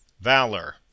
Valor